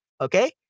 Okay